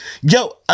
Yo